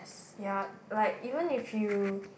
ya like even if you